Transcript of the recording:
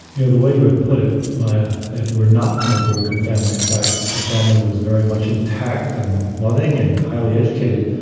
you know, the way you would put it. my ah you are not from a broken family. in fact, your family was very much intact and loving and highly educated.